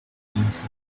glimpse